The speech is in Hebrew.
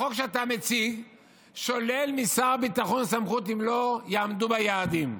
החוק שאתה מציג שולל משר הביטחון סמכות אם לא יעמדו ביעדים.